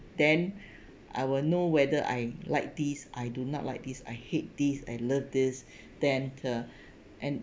then I will know whether I like this I do not like this I hate this I love this then the and